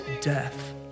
death